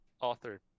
author